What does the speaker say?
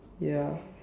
ya